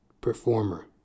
performer